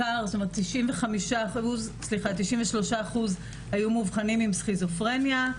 93% היו מאובחנים עם סכיזופרניה.